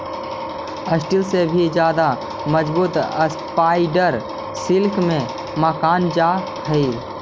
steel से भी ज्यादा मजबूत स्पाइडर सिल्क के मानल जा हई